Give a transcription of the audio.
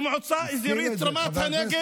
במועצה האזורית רמת הנגב.